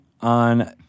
on